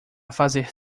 fazer